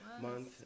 month